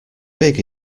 big